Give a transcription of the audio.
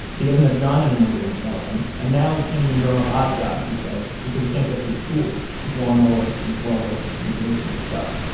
he doesn't have john anymore to employ him, and now he can't even drum up odd jobs, he says, because he can't get to his tools his lawnmower, and his welder, and his masonry stuff